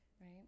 right